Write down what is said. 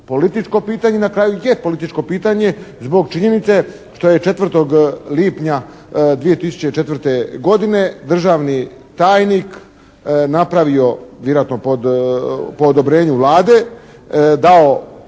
političko pitanje. Na kraju je političko pitanje zbog činjenice što je 4. lipnja 2004. godine državni tajnik napravio vjerojatno po odobrenju Vlade, dao